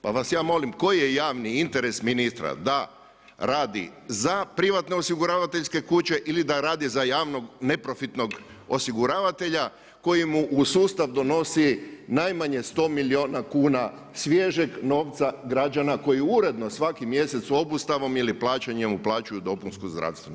Pa vas ja molim, koji je javni interes ministra da radi za privatne osiguravateljske kuće ili da radi za javnog neprofitnog osiguravatelja koji mu u sustav nosi najmanje 100 milijuna kuna svježim novca građana koji uredno svaki mjesec obustavom ili plaćanjem uplaćuju DZO.